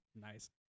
Nice